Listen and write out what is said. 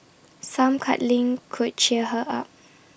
some cuddling could cheer her up